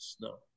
no